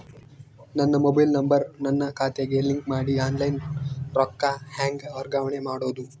ನನ್ನ mobile number ನನ್ನ ಖಾತೆಗೆ ಲಿಂಕ್ ಮಾಡಿ ಆನ್ಲೈನ್ ರೊಕ್ಕ ಹೆಂಗ ವರ್ಗಾವಣೆ ಮಾಡೋದು?